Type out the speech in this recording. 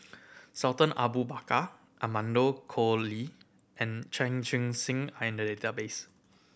Sultan Abu Bakar Amanda Koe Lee and Chan Chun Sing are in the database